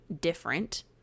different